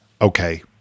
Okay